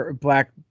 black